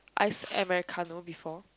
Iced Americano before